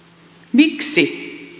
miksi